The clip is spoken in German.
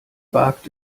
wagt